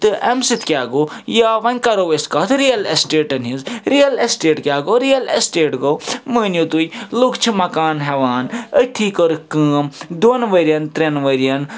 تہٕ اَمہِ سۭتۍ کیٛاہ گوٚو یا وۄنۍ کَرَو أسۍ کَتھ رِیَل اٮ۪سٹیٹَن ہِنٛز رِیَل اٮ۪سٹیٹ کیٛاہ گوٚو رِیَل اٮ۪سٹیٹ گوٚو مٲنِو تُہۍ لُکھ چھِ مکان ہٮ۪وان أتھی کٔرٕکھ کٲم دۄن ؤرِیَن ترٛٮ۪ن ؤرِیَن